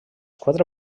quatre